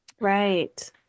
Right